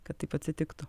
kad taip atsitiktų